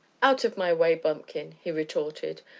out of my way, bumpkin! he retorted,